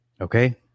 Okay